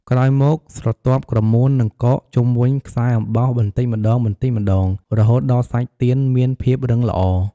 ក្រោយមកស្រទាប់ក្រមួននឹងកកជុំវិញខ្សែអំបោះបន្តិចម្ដងៗ រហូតដល់សាច់ទៀនមានភាពរឹងល្អ។